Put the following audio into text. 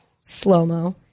slow-mo